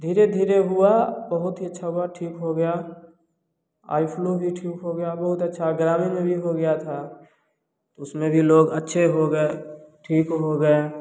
धीरे धीरे हुआ बहुत ही अच्छा हुआ ठीक हो गया आई फ्लू भी ठीक हो गया बहुत अच्छा आ ग्रामीण में भी हो गया था उसमें भी लोग अच्छे हो गए ठीक हो गए